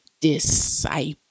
disciple